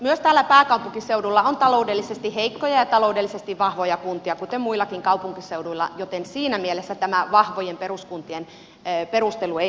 myös täällä pääkaupunkiseudulla on taloudellisesti heikkoja ja taloudellisesti vahvoja kuntia kuten muillakin kaupunkiseuduilla joten siinä mielessä tämä vahvojen peruskuntien perustelu ei aivan toimi